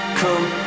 come